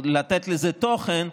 לתת לזה תוכן,